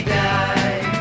die